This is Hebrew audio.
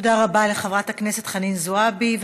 תודה רבה לחברת הכנסת חנין זועבי.